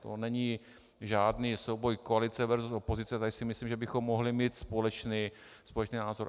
To není žádný souboj koalice versus opozice, tady si myslím, že bychom mohli mít společný názor.